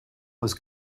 was